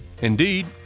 Indeed